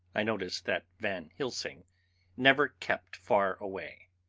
i noticed that van helsing never kept far away.